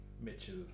Mitchell